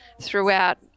throughout –